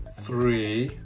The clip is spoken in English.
three,